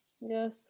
yes